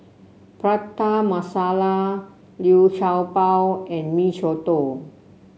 Prata Masala Liu Sha Bao and Mee Soto